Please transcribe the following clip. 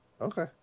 Okay